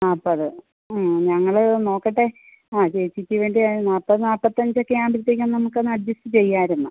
ആ അപ്പോൾ ഞങ്ങൾ നോക്കട്ടെ ആ ചേച്ചിക്ക് വേണ്ടിയാണ് നാല്പത് നാല്പത്തഞ്ചൊക്കെ ആവുമ്പോഴത്തേക്കും നമുക്കൊന്ന് അഡ്ജസ്റ്റ് ചെയ്യാമായിരുന്നു